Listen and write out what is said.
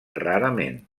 rarament